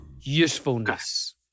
Usefulness